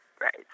right